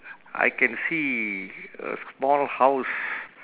I can see a small house